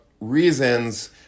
reasons